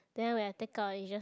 then when I take out it just